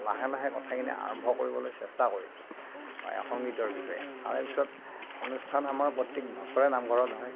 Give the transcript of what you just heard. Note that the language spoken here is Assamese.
লাহে লাহে কথাখিনি আৰম্ভ কৰিবলৈ চেষ্টা কৰিলোঁ সংগীতৰ বিষয়ে তাৰ পিছত অনুষ্ঠান আমাৰ প্ৰত্যেক বছৰে নামঘৰত হয়